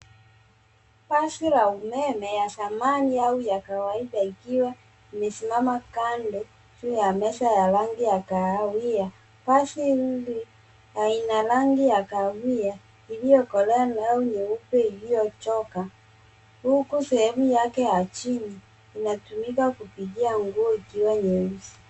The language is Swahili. Pasi la umeme ya zamani au ya kawaida ikiwa imesimama kando juu ya meza ya rangi ya kahawia. Pasi hili lina rangi ya kahawia iliyokolea nayo nyeupe iliyochoka. Huku sehemu yake ya chini inatumika kupigia nguo ikiwa nyeusi.